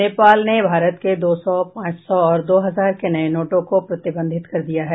नेपाल ने भारत के दो सौ पांच सौ और दो हजार के नये नोटों को प्रतिबंधित कर दिया है